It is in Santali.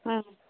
ᱦᱩᱸ